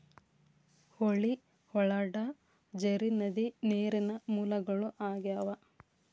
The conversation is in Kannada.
ಹೊಳಿ, ಹೊಳಡಾ, ಝರಿ, ನದಿ ನೇರಿನ ಮೂಲಗಳು ಆಗ್ಯಾವ